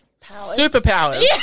superpowers